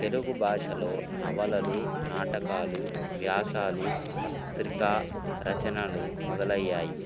తెలుగు భాషలో నవలలు నాటకాలు వ్యాసాలు పత్రికా రచనలు మొదలయ్యాయి